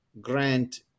Grant